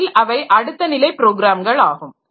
உண்மையில் அவை அடுத்த நிலை ப்ரோக்ராம்கள் ஆகும்